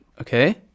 Okay